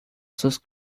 sus